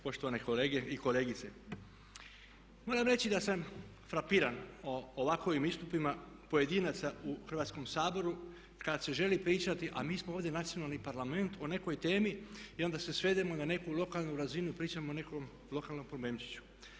Poštovane kolege i kolegice, moram reći da sam frapiran ovakvim istupima pojedinaca u Hrvatskom saboru kad se želi pričati, a mi smo ovdje nacionalni Parlament o nekoj temi i onda se svedemo na neku lokalnu razinu i pričamo o nekom lokalnom problemčiću.